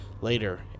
Later